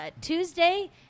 Tuesday